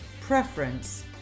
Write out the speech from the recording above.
preference